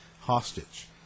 hostage